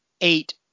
eight